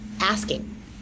asking